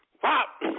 Pop